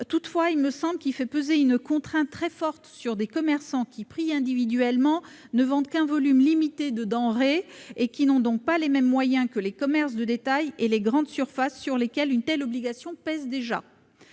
Toutefois, il me semble qu'il fait porter une contrainte très forte sur des commerçants qui, considérés individuellement, ne vendent qu'un volume limité de denrées et n'ont donc pas les mêmes moyens que les commerces de détail et les grandes surfaces sur lesquels une telle obligation pèse déjà.